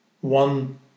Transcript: one